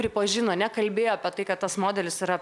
pripažino nekalbėjo apie tai kad tas modelis yra